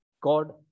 God